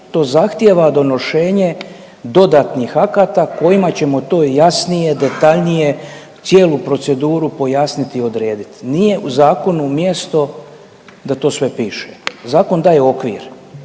to zahtijeva donošenje dodatnih akata kojima ćemo to jasnije, detaljnije, cijelu proceduru pojasnit i odredit. Nije u zakonu mjesto da to sve piše. Zakon daje okvir.